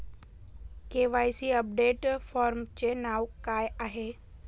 KYC update फॉर्मचे नाव काय आहे?